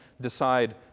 decide